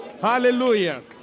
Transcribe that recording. hallelujah